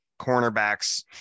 cornerbacks